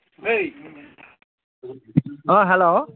এই অঁ হেল্ল'